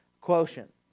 quotient